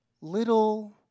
little